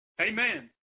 Amen